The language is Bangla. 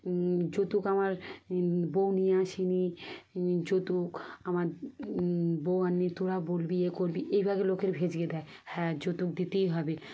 যৌতুক আমার বউ নিয়ে আসেনি যৌতুক আমার বউ আনবে তোরা বলবি ইয়ে করবি এইভাবে লোকে ভজিয়ে দেয় হ্যাঁ যৌতুক দিতেই হবে